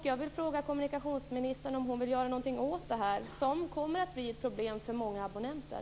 Jag vill fråga om hon vill göra något åt detta - som kommer att bli ett problem för många abonnenter.